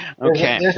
Okay